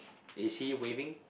is he waving